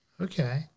Okay